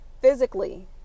physically